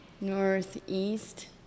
northeast